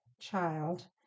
Child